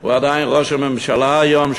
הוא עדיין ראש הממשלה היום.